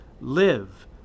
Live